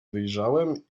wyjrzałem